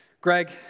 Greg